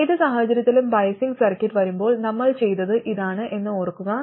ഏത് സാഹചര്യത്തിലും biasing circuit വരുമ്പോൾ നമ്മൾ ചെയ്തത് ഇതാണ് എന്ന് ഓർക്കുക